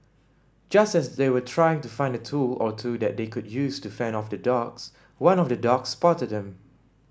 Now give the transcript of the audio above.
just as they were trying to find a tool or two that they could use to fend off the dogs one of the dogs spotted them